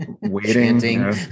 waiting